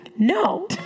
No